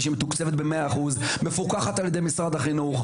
שמתוקצבת ב-100% מפוקחת על ידי משרד החינוך,